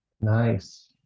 Nice